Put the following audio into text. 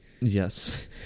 Yes